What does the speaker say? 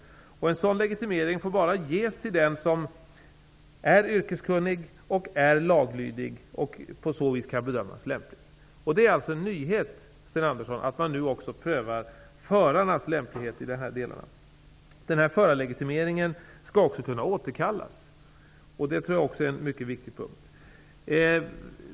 En sådan legitimering får bara ges till den som är yrkeskunnig och laglydig och på så vis kan bedömas lämplig. Det är en nyhet, Sten Andersson, att man nu också prövar förarnas lämplighet i dessa delar. Förarlegitimeringen skall kunna återkallas. Det tror jag är en mycket viktig punkt.